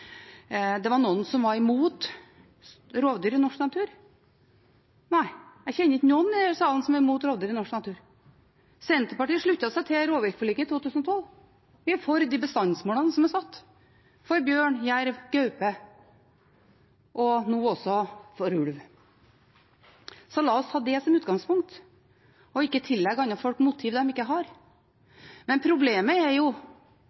det var noen som var imot rovdyr i norsk natur. Nei, jeg kjenner ikke noen i denne salen som er imot rovdyr i norsk natur. Senterpartiet sluttet seg til rovviltforliket i 2011. Vi er for de bestandsmålene som er satt for bjørn, jerv, gaupe – og nå også for ulv. La oss ha det som utgangspunkt og ikke tillegge andre folk motiv de ikke har. Problemet er